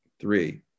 three